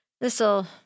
this'll